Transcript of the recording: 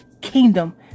kingdom